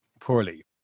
poorly